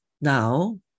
Now